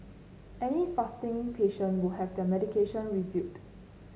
any fasting patient would have their medication reviewed